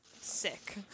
Sick